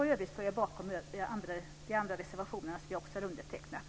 I övrigt står jag bakom de andra reservationer som vi också har undertecknat.